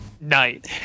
night